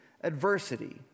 adversity